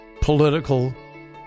political